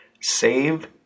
save